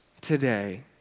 today